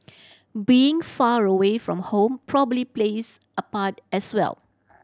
being far away from home probably plays a part as well